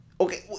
Okay